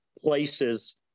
places